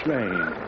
Lane